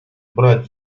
брать